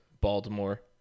Baltimore